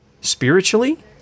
spiritually